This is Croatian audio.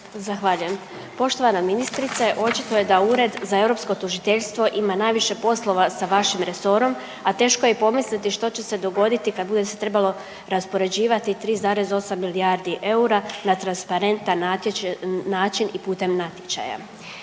Zahvaljujem. Poštovana ministrice, očito je da Ured za europsko tužiteljstvo ima najviše poslova sa vašim resorom, a teško je i pomisliti što će se dogoditi kad bude se trebalo raspoređivati 3,8 milijardi eura na transparentan način i putem natječaja.